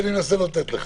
אתה